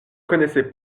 connaissez